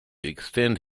extend